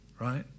right